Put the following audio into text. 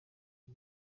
y’u